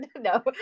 No